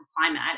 climate